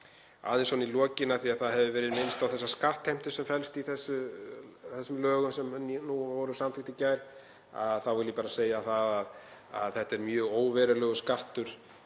Aðeins í lokin, af því að það hefur verið minnst á þessa skattheimtu sem felst í þeim lögum sem voru samþykkt í gær, þá vil ég bara segja það að þetta er mjög óverulegur skattur.